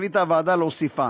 החליטה הוועדה להוסיפן.